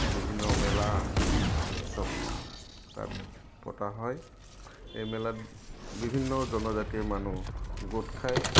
বিভিন্ন মেলা উৎসৱ তাত পতা হয় এই মেলাত বিভিন্ন জনজাতিয় মানুহ গোট খায়